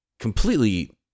completely